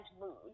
mood